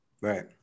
Right